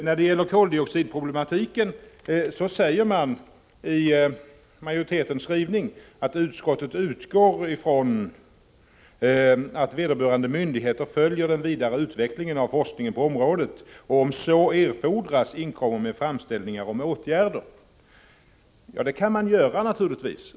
När det gäller koldioxidproblematiken säger man i majoritetens skrivning att utskottet utgår ifrån att vederbörande myndigheter följer vidareutvecklingen och forskningen på området och om så erfodras inkommer med framställningar om åtgärder. Det kan man naturligtvis göra.